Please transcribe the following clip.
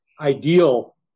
ideal